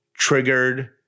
triggered